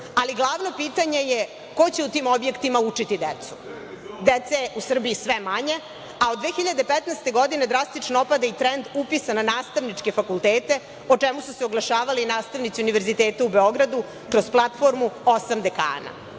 ali glavno pitanje je ko će u tim objektima učiti decu. Dece je u Srbiji sve manje, a od 2015. godine drastično opada i trend upisa na nastavničke fakultete, o čemu su se oglašavali i nastavnici Univerziteta u Beogradu, kroz platformu „Osam